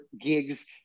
gigs